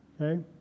Okay